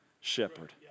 shepherd